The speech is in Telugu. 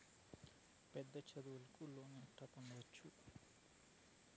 పెద్ద చదువులకు లోను ఎట్లా పొందొచ్చు